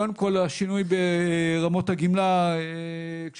קודם כול, השינוי ברמות הגמלה כשלעצמו